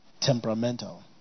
temperamental